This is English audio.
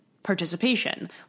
Participation